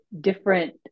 different